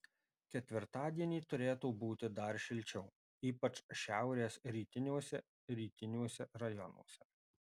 ketvirtadienį turėtų būti dar šilčiau ypač šiaurės rytiniuose rytiniuose rajonuose